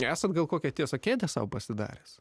esat gal kokią tiesa kėdę sau pasidaręs